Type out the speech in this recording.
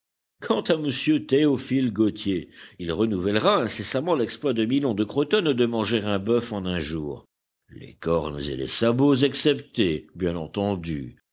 quant à m théophile gautier il renouvellera incessamment l'exploit de milon de crotone de manger un bœuf en un jour les cornes et les sabots exceptés bien entendu